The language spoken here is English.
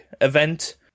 event